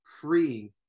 freeing